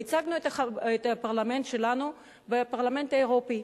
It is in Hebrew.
וייצגנו את הפרלמנט שלנו בפרלמנט האירופי.